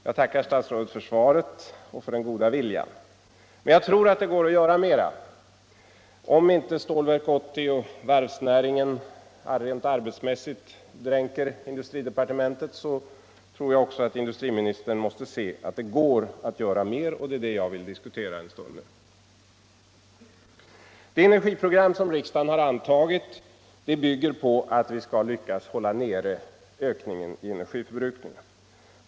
Jag tackar statsrådet för svaret och för den goda viljan. Men jag tror att det går att göra mer. Om inte Stålverk 80 och varvsnäringen rent arbetsmässigt dränker industridepartementet, tror jag att också industriministern måste se att det går att göra mer, och det är det jag vill diskutera en stund. Det energiprogram som riksdagen har antagit bygger på att vi skall lyckas hålla nere ökningen i energiförbrukningen.